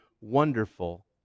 wonderful